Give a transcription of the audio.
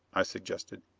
i suggested.